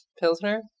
Pilsner